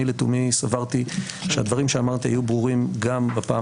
אני לתומי סברתי שהדברים שאמרתי היו ברורים גם בפעם